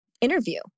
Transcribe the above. interview